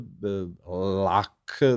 luck